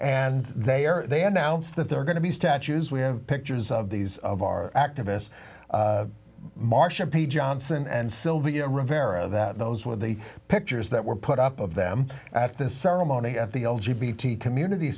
and they are they announced that they're going to be statues we have pictures of these of our activists marsha page johnson and sylvia rivera that those were the pictures that were put up of them at the ceremony of the l g b t community